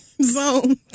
zone